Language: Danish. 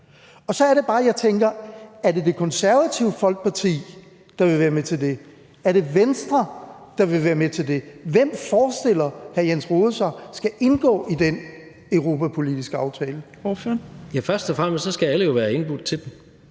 og så er det bare, jeg tænker: Er det Det Konservative Folkeparti, der vil være med til det; er det Venstre, der vil være med til det? Hvem forestiller hr. Jens Rohde sig skal indgå i den europapolitiske aftale? Kl. 17:45 Fjerde næstformand (Trine Torp): Ordføreren.